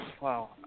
Wow